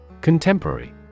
Contemporary